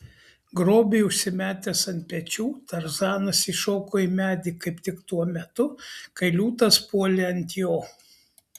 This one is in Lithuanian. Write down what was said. grobį užsimetęs ant pečių tarzanas įšoko į medį kaip tik tuo metu kai liūtas puolė ant jo